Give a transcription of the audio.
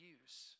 use